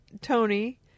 Tony